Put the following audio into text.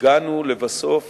הגענו לבסוף